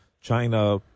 China